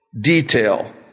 detail